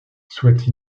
souhaite